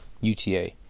UTA